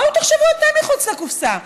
בואו תחשבו אתם מחוץ לקופסה.